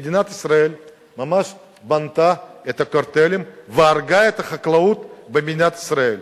מדינת ישראל ממש בנתה את הקרטלים והרגה את החקלאות במדינת ישראל.